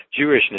Jewishness